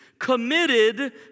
committed